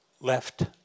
left